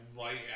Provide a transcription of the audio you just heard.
right